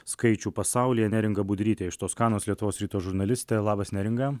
skaičių pasaulyje neringa budrytė iš toskanos lietuvos ryto žurnalistė labas neringa